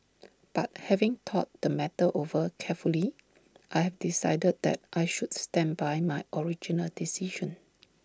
but having thought the matter over carefully I have decided that I should stand by my original decision